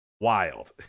wild